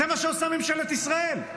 זה מה שעושה ממשלת ישראל,